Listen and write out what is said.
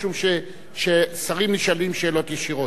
משום ששרים נשאלים שאלות ישירות.